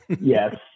Yes